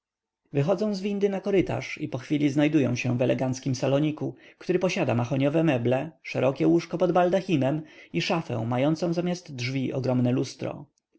wychodzą z windy na korytarz i pochwili znajdują się w eleganckim saloniku który posiada mahoniowe meble szerokie łóżko pod baldachimem i szafę mającą zamiast drzwi ogromne lustro